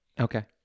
Okay